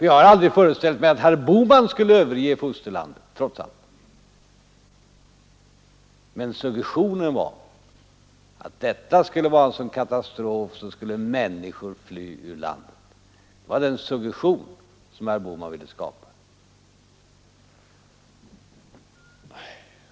Jag har aldrig föreställt mig att herr Bohman skulle överge fosterlandet — trots allt. Men suggestionen var att detta skulle vara en sådan katastrof att människor skulle fly ur landet. Det var den suggestion som herr Bohman ville skapa.